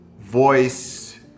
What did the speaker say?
voice